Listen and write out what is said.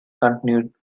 continued